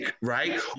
right